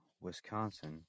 Wisconsin